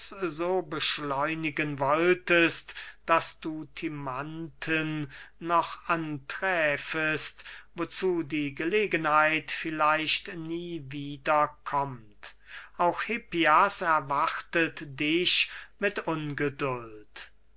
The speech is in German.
so beschleunigen wolltest daß du timanthen noch anträfest wozu die gelegenheit vielleicht nie wieder kommt auch hippias erwartet dich mit ungeduld